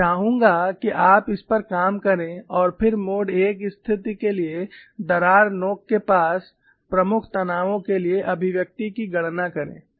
मैं चाहूंगा कि आप इस पर काम करें और फिर मोड I स्थिति के लिए दरार नोक के पास प्रमुख तनावों के लिए अभिव्यक्ति की गणना करें